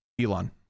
elon